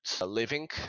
living